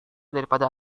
daripada